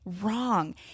wrong